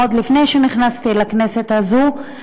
עוד לפני שנכנסתי לכנסת הזאת,